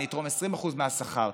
אני אתרום 20% מהשכר.